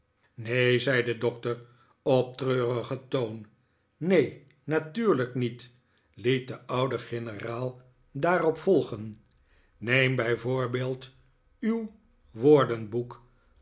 neen zei de doctor op treurigen toon neen natuurlijk niet liet de oude gedavid copperfield neraal daarop volgen neem bij voorbeeld uw